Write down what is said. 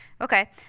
Okay